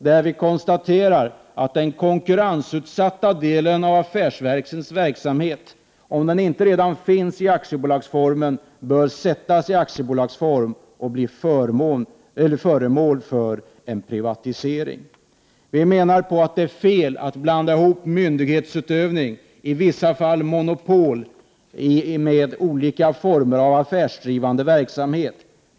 Där konstaterar vi att den konkurrensutsatta delen av affärsverkens verksamhet bör ske i aktiebolagsform och bli föremål för privatisering, om den inte redan finns i aktiebolagsform. Vi menar att det är fel att blanda ihop myndighetsutövning, i vissa fall monopol, med olika former av affärsdrivande verksamhet.